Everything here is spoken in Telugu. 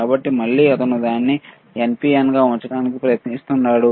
కాబట్టి మళ్ళీ అతను దానిని NPN గా ఉంచడానికి ప్రయత్నిస్తున్నాడు